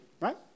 right